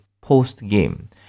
post-game